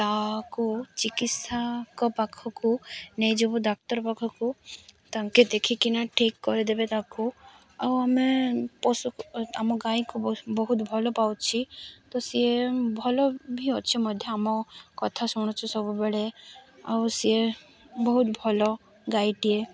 ତାକୁ ଚିକିତ୍ସାଙ୍କ ପାଖକୁ ନେଇଯିବୁ ଡାକ୍ତର ପାଖକୁ ତାଙ୍କେ ଦେଖିକିନା ଠିକ୍ କରିଦେବେ ତାକୁ ଆଉ ଆମେ ପଶୁ ଆମ ଗାଈକୁ ବହୁତ ଭଲ ପାଉଛି ତ ସିଏ ଭଲ ବି ଅଛି ମଧ୍ୟ ଆମ କଥା ଶୁଣୁଛୁ ସବୁବେଳେ ଆଉ ସିଏ ବହୁତ ଭଲ ଗାଈଟିଏ